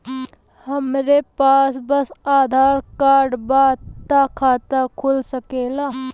हमरे पास बस आधार कार्ड बा त खाता खुल सकेला?